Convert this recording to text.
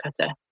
cutter